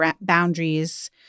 boundaries